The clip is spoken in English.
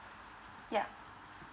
yeah